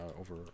over